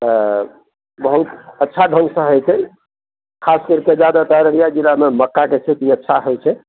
तऽ बहुत अच्छा ढङ्गसँ होइ छै खास करि कऽ जादा तर अररिया जिलामे मकैके खेती अच्छा होइ छै